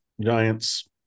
Giants